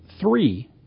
three